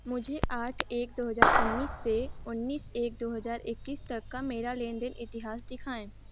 मुझे आठ एक दो हज़ार उन्नीस से उन्नीस एक दो हज़ार इक्कीस तक का मेरा लेन देन इतिहास दिखाएँ